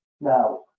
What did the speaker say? now